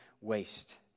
waste